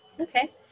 Okay